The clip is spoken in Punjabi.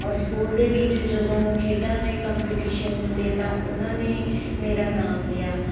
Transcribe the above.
ਔਰ ਸਕੂਲ ਦੇ ਵਿੱਚ ਜਦੋਂ ਖੇਡਾਂ ਦੇ ਕੰਪੀਟੀਸ਼ਨ ਹੁੰਦੇ ਤਾਂ ਉਹਨਾਂ ਨੇ ਮੇਰਾ ਨਾਮ ਲਿਆ